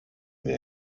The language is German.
wir